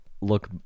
look